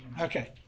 Okay